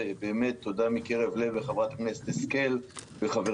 ותודה מקרב לב לחברת הכנסת השכל ולחבר